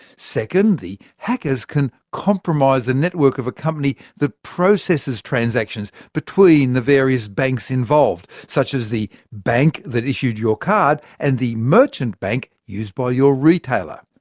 second, the hackers can compromise the network of a company that processes transactions between the various banks involved such as the bank that issued your card, and the merchant bank used by your retailer.